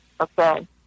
Okay